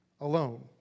alone